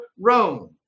Rome